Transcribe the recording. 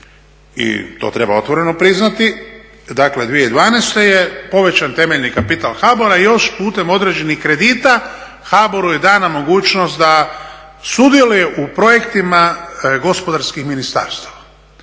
i to treba otvoreno priznati, dakle 2012. je povećan temeljni kapital HABOR-a još putem određenih kredita, HABOR-u je dana mogućnost da sudjeluje u projektima gospodarskih ministarstava.